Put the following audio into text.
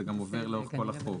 זה גם חוזר לאורך כל החוק.